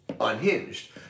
Unhinged